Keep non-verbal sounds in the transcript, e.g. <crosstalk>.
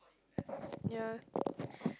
<noise> ya <noise>